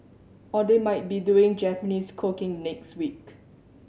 or they might be doing Japanese cooking the next week